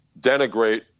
denigrate